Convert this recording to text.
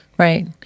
Right